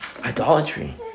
idolatry